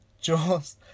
Jaws